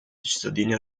cittadini